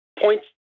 points